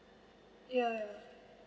ya